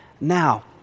now